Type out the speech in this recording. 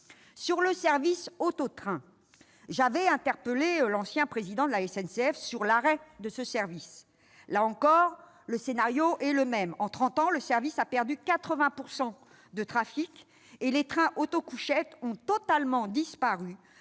du fret ferroviaire. J'avais interpellé l'ancien président de la SNCF sur l'arrêt du service auto-train. Là encore, le scénario est le même. En trente ans, le service a perdu 80 % de trafic et les trains auto-couchettes ont totalement disparu,